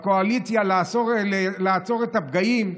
זכות וטו בקואליציה לעצור את הפגעים.